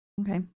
Okay